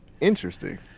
Interesting